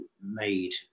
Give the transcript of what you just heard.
made